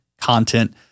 content